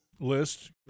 List